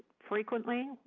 frequently.